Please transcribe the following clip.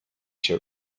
się